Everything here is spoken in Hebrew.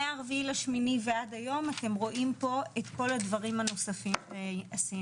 מה-4.8 ועד היום אתם רואים פה את כל הדברים הנוספים שעשינו.